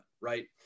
right